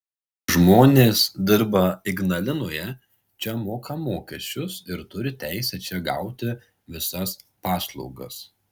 žmonės dirba ignalinoje čia moka mokesčius ir turi teisę čia gauti visas paslaugas